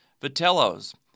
Vitello's